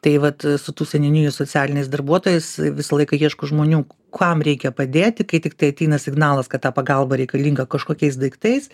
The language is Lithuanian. tai vat su tų seniūnijų socialiniais darbuotojais visą laiką ieško žmonių kam reikia padėti kai tiktai ateina signalas kad ta pagalba reikalinga kažkokiais daiktais